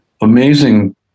amazing